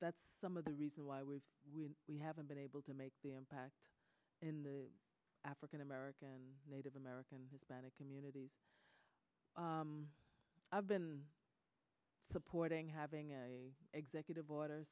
that's some of the reason why we when we haven't been able to make the impact in the african american native american has been to communities i've been supporting having an executive order